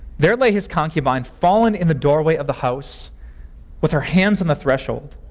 there lay his concubine fallen in the doorway of the house with her hands on the threshold.